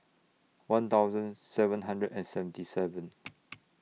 one thousand seven hundred and seventy seven